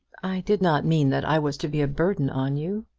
i did not mean that i was to be a burden on you.